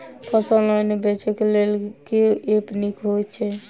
फसल ऑनलाइन बेचै केँ लेल केँ ऐप नीक होइ छै?